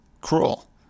cruel